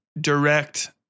direct